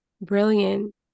Brilliant